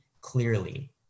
clearly